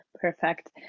perfect